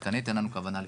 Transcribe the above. חבר'ה, אין לנו הרבה זמן.